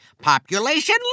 Population